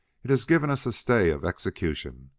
it has given us a stay of execution.